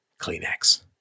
Kleenex